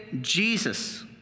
Jesus